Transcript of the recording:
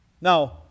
Now